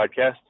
Podcast